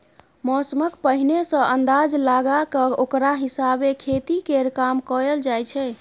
मौसमक पहिने सँ अंदाज लगा कय ओकरा हिसाबे खेती केर काम कएल जाइ छै